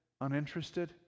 Uninterested